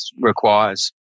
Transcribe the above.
requires